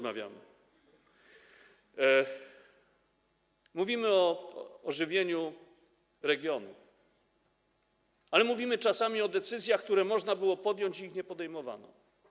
Mówimy o ożywieniu regionów, ale mówimy także o decyzjach, które czasami można było podjąć, a ich nie podejmowano.